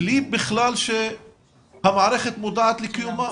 בלי שהמערכת מודעת לקיומן.